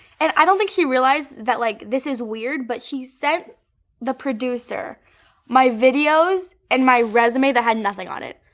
and i don't think she realized that. like this is weird but she sent the producer my videos and my resume that had nothing on it,